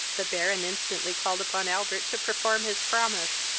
the baron instantly called upon albert to perform his promise,